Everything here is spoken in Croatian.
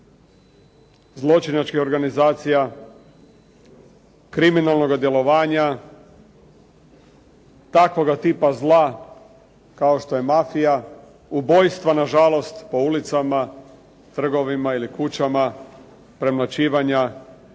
zločinačka organizacija, kriminalnoga djelovanja takvoga tipa zla kao što je mafija, ubojstva na žalost po ulicama, trgovima ili kućama, premlaćivanja